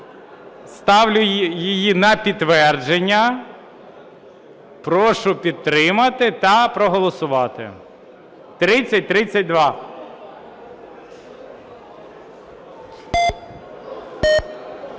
Ставлю її на підтвердження. Прошу підтримати та проголосувати. 3032.